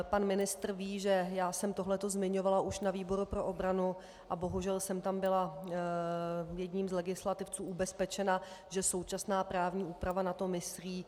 Pan ministr ví, že jsem to zmiňovala už na výboru pro obranu, a bohužel jsem tam byla jedním z legislativců ubezpečena, že současná právní úprava na to myslí.